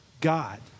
God